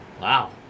wow